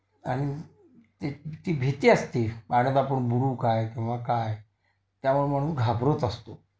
आणि ती ती भीती असते पाण्यात आपण बुडू काय किंवा काय त्यामुळं म्हणून घाबरत असतो